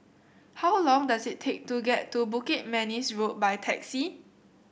how long does it take to get to Bukit Manis Road by taxi